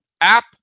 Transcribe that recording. app